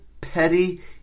petty